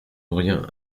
aurions